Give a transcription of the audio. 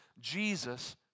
Jesus